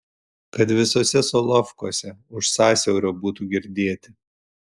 kad visuose solovkuose už sąsiaurio būtų girdėti